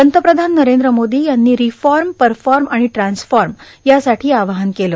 पंतप्रधान नरेंद्र मोदी यांनी reform perform आणि ट्रान्सफॉर्म यासाठी आवाहन केलं